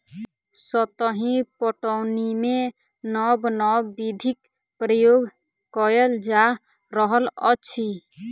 सतही पटौनीमे नब नब विधिक प्रयोग कएल जा रहल अछि